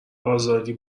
آزادی